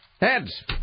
Heads